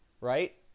Right